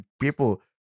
people